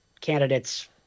candidates